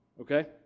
Okay